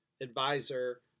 Advisor